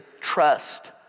trust